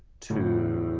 two.